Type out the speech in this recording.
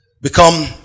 become